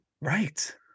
right